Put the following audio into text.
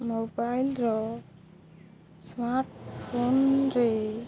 ମୋବାଇଲ୍ର ସ୍ମାର୍ଟ୍ ଫୋନ୍ରେ